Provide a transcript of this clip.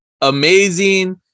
amazing